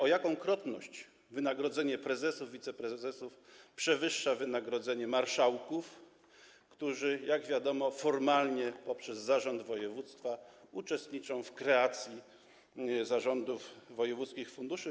O jaką krotność wynagrodzenie prezesów, wiceprezesów przewyższa wynagrodzenie marszałków, którzy - jak wiadomo - formalnie poprzez zarząd województwa uczestniczą w kreacji zarządów wojewódzkich funduszy?